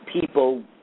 People